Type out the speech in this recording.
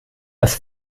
das